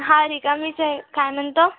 हां रिकामीच आहे खा म्हणतो